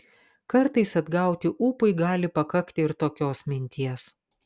kartais atgauti ūpui gali pakakti ir tokios minties